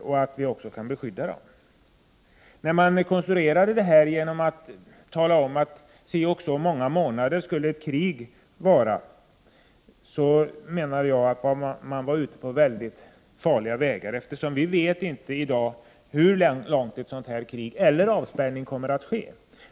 När försvarsbeslutet utformades talade man om att ett krig skulle vara si och så många månader. Jag menar att det var att ge sig ut på väldigt farliga vägar. Vi vet inte i dag hur länge ett krig eller en avspärrning kommer att pågå.